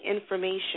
information